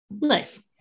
Nice